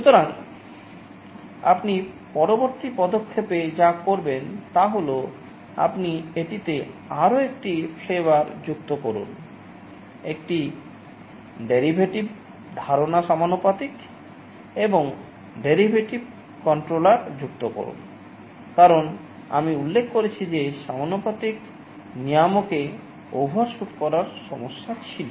সুতরাং আপনি পরবর্তী পদক্ষেপে যা করবেন তা হল আপনি এটিতে আরও একটি ফ্লেবর যুক্ত করুন কারণ আমি উল্লেখ করেছি যে সমানুপাতিক নিয়ামক এ ওভারশুট করার সমস্যা ছিল